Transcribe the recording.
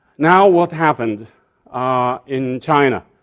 now what happened in china?